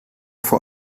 vor